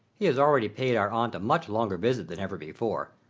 he has already paid our aunt a much longer visit than ever before.